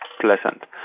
pleasant